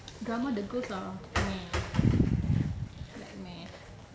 drama the goals are eh like meh